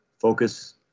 focus